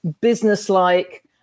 businesslike